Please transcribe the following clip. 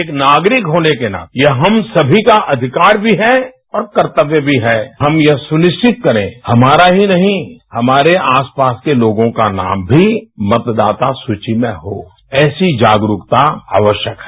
एक नागरिक होने के नाते यह हम सनी का अधिकार भी है और कर्तव्य भी है हम यह सुनिश्चित करे हमारा ही नहीं हमारे आस पास के लोगों का नाम भी मतदाता सूची में हो ऐसी जागरूकता आवश्यक है